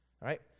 right